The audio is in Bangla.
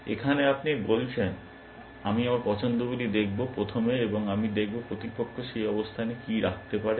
এখানে আপনি বলছেন আমি আমার পছন্দগুলি দেখব প্রথমে এবং আমি দেখব প্রতিপক্ষ সেই অবস্থানে কী রাখতে পারে